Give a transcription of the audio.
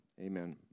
Amen